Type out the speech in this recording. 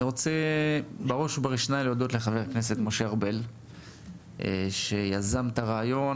אני רוצה בראש וראשונה להודות לחבר הכנסת משה ארבל שיזם את הרעיון,